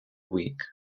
week